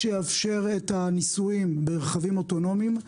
החוק שיאפשר את הניסויים ברכבים אוטונומיים.